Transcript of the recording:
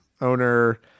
owner